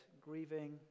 grieving